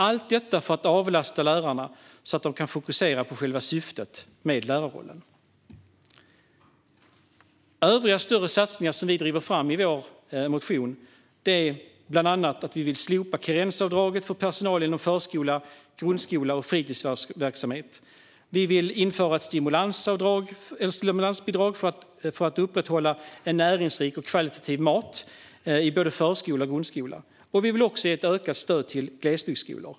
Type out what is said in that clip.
Allt detta för att avlasta lärarna så att de kan fokusera på själva syftet med lärarrollen. Övriga större satsningar som vi lyfter fram i vår motion är bland annat att vi vill slopa karensavdraget för personal inom förskola, grundskola och fritidsverksamhet. Vi vill införa ett stimulansbidrag för att upprätthålla näringsrik och högkvalitativ mat i både förskola och grundskola. Vi vill också ge ökat stöd till glesbygdsskolor.